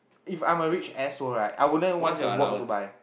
if I'm a rich asshole right I wouldn't want to work to buy